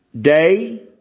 day